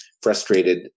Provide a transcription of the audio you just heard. frustrated